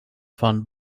fahren